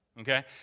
okay